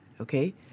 okay